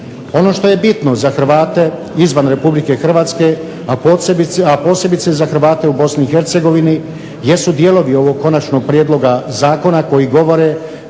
Ono što je bitno za Hrvate izvan Republike Hrvatske, a posebice za Hrvate u Bosni i Hercegovini jesu dijelovi ovog konačnog prijedloga zakona koji govore